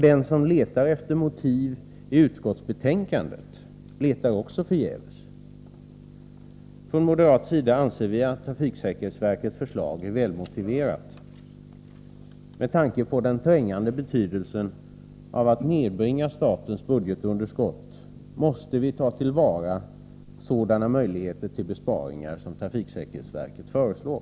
Den som letar efter motiven i utskottsbetänkandet letar också förgäves. Från moderat sida anser vi att trafiksäkerhetsverkets förslag är välmotiverat. Med tanke på den trängande betydelsen av att nedbringa statens budgetunderskott måste vi ta till vara sådana möjligheter till besparingar som trafiksäkerhetsverket föreslår.